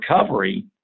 recovery